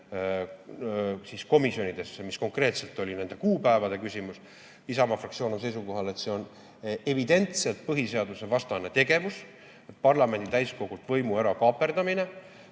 komisjonidesse, mis konkreetselt oli nende kuupäevade küsimus. Isamaa fraktsioon on seisukohal, et see on evidentselt põhiseadusvastane tegevus, parlamendi täiskogult võimu ära kaaperdamine.